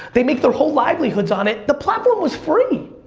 they make their whole livelihoods on it. the platform was free!